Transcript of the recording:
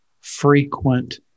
frequent